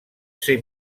ser